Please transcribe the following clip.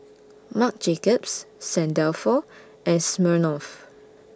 Marc Jacobs Saint Dalfour and Smirnoff